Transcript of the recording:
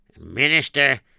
Minister